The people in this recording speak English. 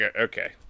okay